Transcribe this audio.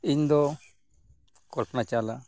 ᱤᱧᱫᱚ ᱠᱚᱞᱯᱚᱱᱟ ᱪᱟᱣᱞᱟ